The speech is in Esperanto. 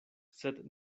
sed